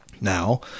Now